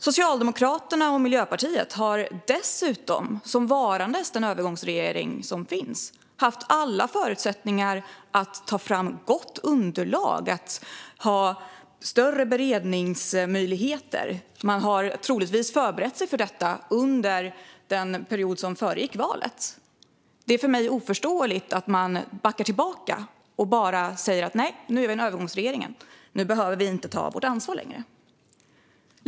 Socialdemokraterna och Miljöpartiet har dessutom, såsom varandes den övergångsregering som finns, haft alla förutsättningar att ta fram ett gott underlag och har haft större beredningsmöjligheter. Man har troligtvis förberett sig för detta under den period som föregick valet. Det är för mig oförståeligt att man backar tillbaka och bara säger: Nej, nu är vi en övergångsregering. Nu behöver vi inte ta vårt ansvar längre.